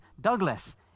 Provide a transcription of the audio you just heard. Douglas